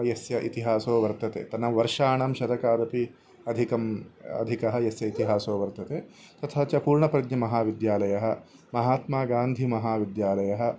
यस्य इतिहासो वर्तते तन्नाम वर्षाणां शतकादपि अधिकम् अधिकः यस्य इतिहासो वर्तते तथा च पूर्णप्रज्ञमहाविद्यालयः महात्मागान्धिमहाविद्यालयः